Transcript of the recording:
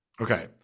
Okay